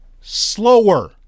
slower